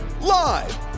Live